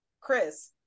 Chris